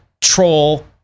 troll